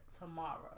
Tomorrow